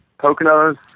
Poconos